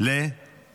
לחוץ וביטחון.